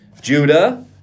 Judah